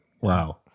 Wow